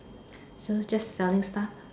so just selling stuff